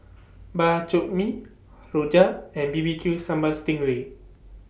Bak Chor Mee Rojak and B B Q Sambal Sting Ray